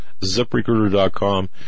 ziprecruiter.com